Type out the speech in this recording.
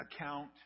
account